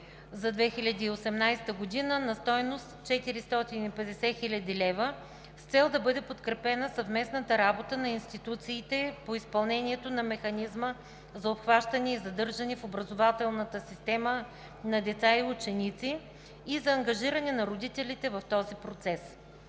за 2018 г. на стойност 450 000 лева с цел да бъде подкрепена съвместната работа на институциите по изпълнението на Механизма за обхващане и задържане в образователната система на деца и ученици и за ангажиране на родителите в този процес.